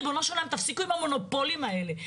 ריבונו של עולם תפסיקו עם המונופולים האלה,